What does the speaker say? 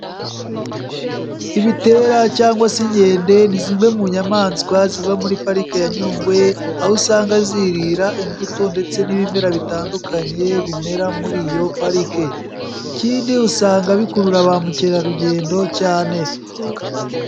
Ibitera cyangwa se inkende ni zimwe mu nyamaswa ziba muri pariki ya Nyungwe aho usanga zirira imbuto ndetse n'ibimera bitandukanye bimera muri iyo parike, ikindi usanga bikurura ba mukerarugendo cyane.